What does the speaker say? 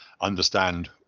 understand